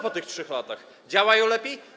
Po tych 3 latach działają lepiej?